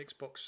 Xbox